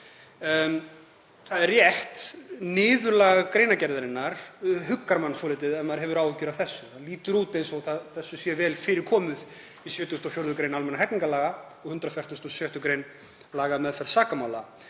það er rétt, niðurlag greinargerðarinnar huggar mann svolítið ef maður hefur áhyggjur af þessu. Það lítur út eins og þessu sé vel fyrir komið í 74. gr. almennra hegningarlaga og 146. gr. laga um meðferð sakamála.